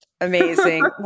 Amazing